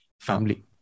family